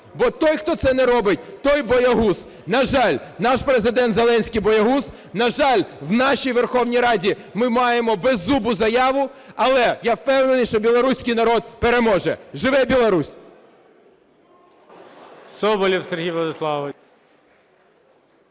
Бо той, хто це не робить, той боягуз. На жаль, наш Президент Зеленський боягуз. На жаль, в нашій Верховній Раді ми маємо беззубу заяву. Але я впевнений, що білоруський народ переможе. Живе Білорусь!